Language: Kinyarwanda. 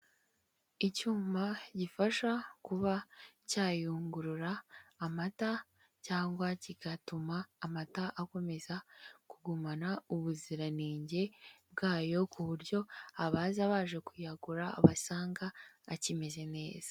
Icyuma gifasha kuba cyayungurura amata cyangwa kigatuma amata akomeza kugumana ubuziranenge bwayo ku buryo abaza baje kuyagura basanga akimeze neza.